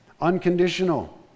Unconditional